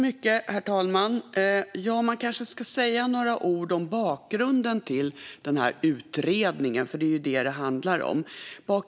Herr talman! Jag kanske ska säga några ord om bakgrunden till den utredning det handlar om.